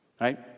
Right